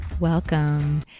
Welcome